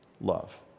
love